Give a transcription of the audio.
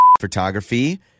photography